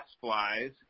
flies